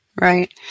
Right